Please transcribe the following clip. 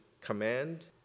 command